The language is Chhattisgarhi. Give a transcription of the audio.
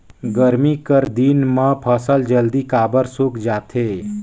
गरमी कर दिन म फसल जल्दी काबर सूख जाथे?